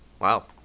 Wow